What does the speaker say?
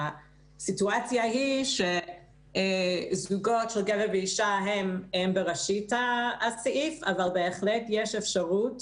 הסיטואציה היא שזוגות של גבר ואישה הם בראשית הסעיף אבל בהחלט יש אפשרות